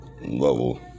level